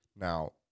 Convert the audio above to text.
now